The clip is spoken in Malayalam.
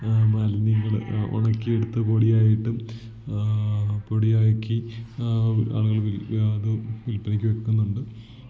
മാലിന്യങ്ങൾ ഉണക്കിയെടുത്ത് പൊടിയായിട്ടും പൊടിയാക്കി ആളുകൾ വിൽക്ക അത് വിൽപ്പനയ്ക്ക് വെക്കുന്നുണ്ട്